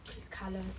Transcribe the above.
col~ colours